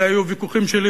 אלה היו הוויכוחים שלי,